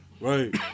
Right